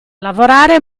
lavorare